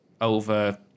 over